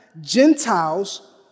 Gentiles